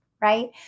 right